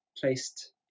placed